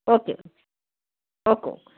okay okay okay okay